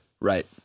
right